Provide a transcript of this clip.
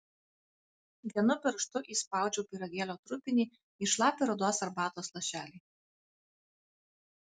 vienu pirštu įspaudžiau pyragėlio trupinį į šlapią rudos arbatos lašelį